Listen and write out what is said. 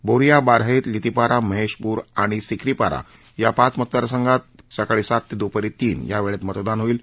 बोरिया बारह्य् लितिपारा महेशपूर आणि सिकरीपारा या पाच मतदारसंघांमधे सकाळी सात ते दुपारी तीन या वेळेत मतदान होईल